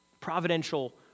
Providential